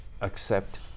accept